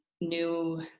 new